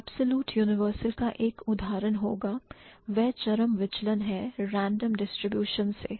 Absolute universal का एक उदाहरण होगा वह चरम विचलन है random distribution से